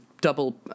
double